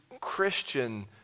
Christian